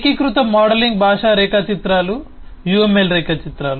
ఏకీకృత మోడలింగ్ భాషా రేఖాచిత్రాలు UML రేఖాచిత్రాలు